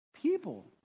people